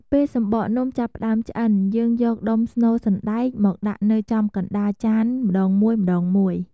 ពេលសំបកនំចាប់ផ្តើមឆ្អិន យើងយកដុំស្នូលសណ្តែកមកដាក់នៅចំកណ្ដាលចានម្ដងមួយៗ។